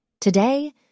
Today